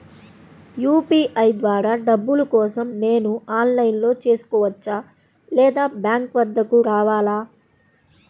UPI ద్వారా డబ్బులు కోసం నేను ఆన్లైన్లో చేసుకోవచ్చా? లేదా బ్యాంక్ వద్దకు రావాలా?